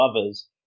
others